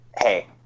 hey